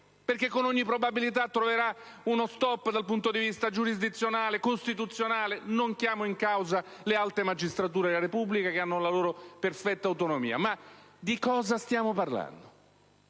perché, con ogni probabilità, troverà uno stop dal punto di vista costituzionale e giurisdizionale, senza voler chiamare in causa le alte magistrature della Repubblica, che hanno la loro perfetta autonomia. Ma di cosa stiamo parlando?